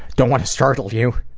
don't want to startle you!